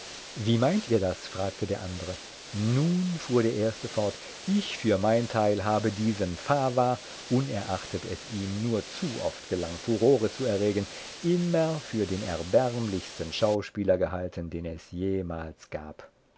wie meint ihr das fragte der andere nun fuhr der erste fort ich für mein teil habe diesen fava unerachtet es ihm nur zu oft gelang furore zu erregen immer für den erbärmlichsten schauspieler gehalten den es jemals gab